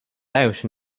out